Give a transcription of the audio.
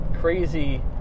crazy